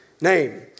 name